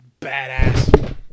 badass